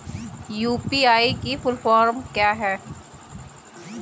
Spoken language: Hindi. यू.पी.आई की फुल फॉर्म क्या है?